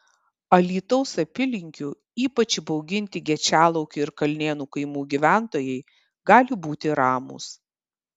alytaus apylinkių ypač įbauginti gečialaukio ir kalnėnų kaimų gyventojai gali būti ramūs